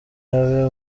abe